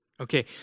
Okay